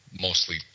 mostly